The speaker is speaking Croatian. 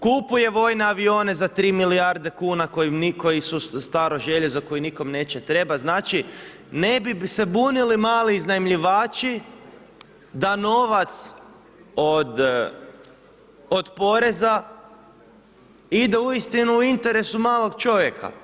Kupuje vojne avione za 3 milijarde kn, koji su staro željezo, koji nikom neće trebati, znači ne bi se bunili mali iznajmljivači, da novac, od poreza ide uistinu u interesu malog čovjeka.